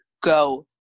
go